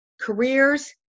careers